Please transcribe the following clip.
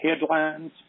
Headlines